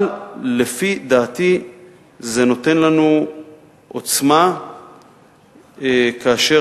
אבל לפי דעתי זה נותן לנו עוצמה כאשר